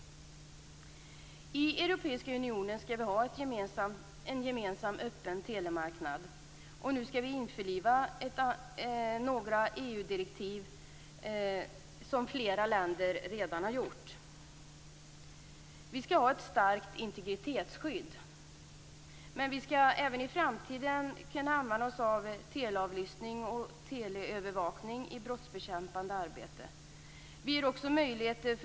I Europeiska unionen skall vi ha en gemensam öppen telemarknad, och vi skall nu införliva några EU-direktiv som flera länder redan har införlivat. Vi skall ha ett starkt integritetsskydd, men vi skall även i framtiden kunna använda oss av teleavlyssning och teleövervakning i brottsbekämpande arbete.